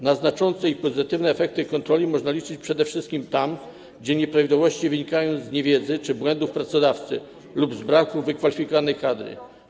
Na znaczące i pozytywne efekty kontroli można liczyć przede wszystkim tam, gdzie nieprawidłowości wynikają z niewiedzy czy błędów pracodawcy lub z braku wykwalifikowanej kadry.